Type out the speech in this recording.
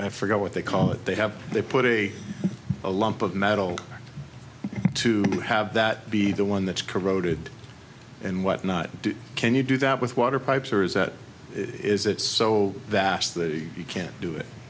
i forget what they call it they have they put a lump of metal to have that be the one that's corroded and what not can you do that with water pipes or is that is that so that you can't do it